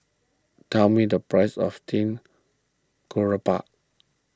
tell me the price of Steamed Garoupa